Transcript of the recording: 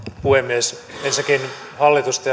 puhemies ensinnäkin hallitusta